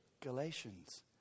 Galatians